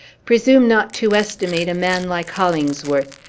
presume not to estimate a man like hollingsworth.